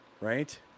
Right